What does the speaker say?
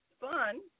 fun